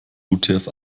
utf